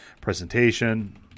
presentation